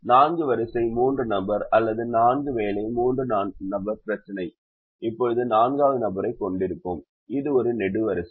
நான்கு வரிசை மூன்று நபர் அல்லது நான்கு வேலை மூன்று நபர் பிரச்சினை இப்போது நான்காவது நபரைக் கொண்டிருக்கும் இது ஒரு நெடுவரிசை